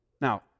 Now